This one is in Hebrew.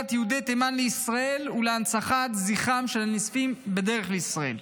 יהודי תימן לישראל ולהנצחת זכרם של הנספים בדרך לישראל.